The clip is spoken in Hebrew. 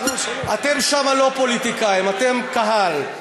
אתם שם לא פוליטיקאים, אתם קהל.